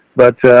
but, ah,